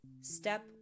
Step